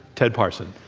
ted parson.